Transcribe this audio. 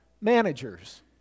managers